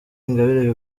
ingabire